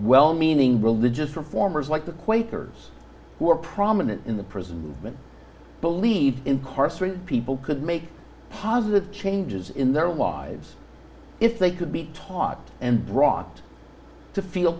well meaning religious reformers like the quakers who are prominent in the prison movement believe incarcerated people could make positive changes in their lives if they could be taught and brought to feel